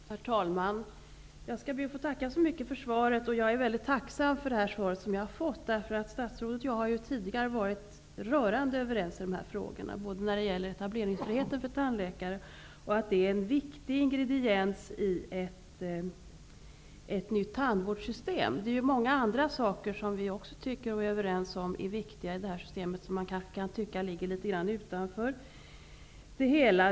Herr talman! Jag ber att få tacka så mycket för svaret. Jag är mycket tacksam för det svar som jag har fått, därför att statsrådet och jag har ju tidigare varit rörande överens när det gäller både etableringsfriheten för tandläkare och att den är en viktig ingrediens i ett nytt tandvårdssystem. Vi är också överens om många andra viktiga frågor i detta system, vilka kan tyckas ligga litet grand utanför det hela.